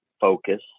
focus